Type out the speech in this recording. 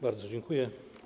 Bardzo dziękuję.